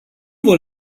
vom